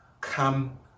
Come